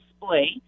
display